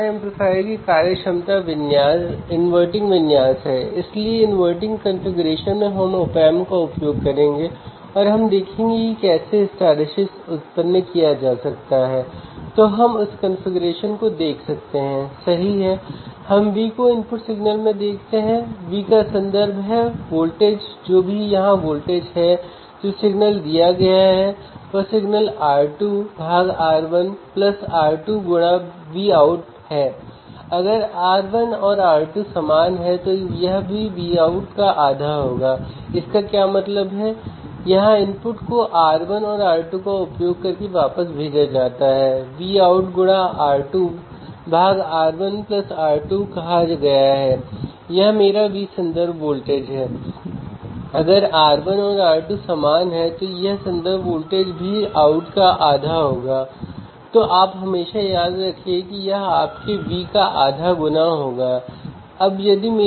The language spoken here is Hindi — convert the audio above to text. इस कारण इंस्ट्रूमेंटेशन एम्पलीफायर को अधिक मात्रा में नॉइज़ की उपस्थिति में एक निम्न स्तर सिग्नल के सिग्नल कंडीशनर के रूप में ऑप्टिमाइज़ किया जा सकता है इसका मतलब यह है कि अगर मेरे पास विशाल नॉइज़ की उपस्थिति में एक छोटा सिग्नल है तो क्या मैं विशाल नॉइज़ की उपस्थिति में भी इस जानकारी को प्राप्त कर सकता हूं